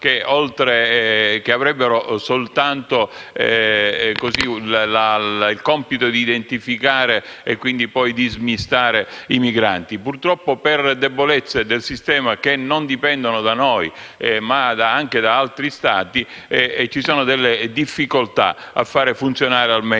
che avrebbero soltanto il compito di identificare e smistare i migranti. Purtroppo per debolezze del sistema che non dipendono solo da noi, ma anche da altri Stati, ci sono delle difficoltà a far funzionare al meglio